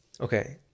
Okay